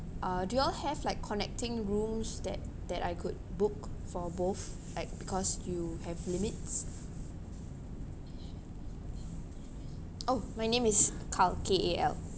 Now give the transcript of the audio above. uh do y'all have like connecting rooms that that I could book for both like because you have limits oh my name is kal K A L